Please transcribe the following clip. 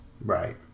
right